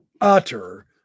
utter